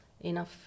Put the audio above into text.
enough